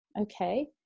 okay